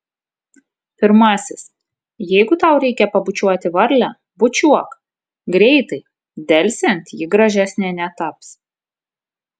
pirmasis jeigu tau reikia pabučiuoti varlę bučiuok greitai delsiant ji gražesnė netaps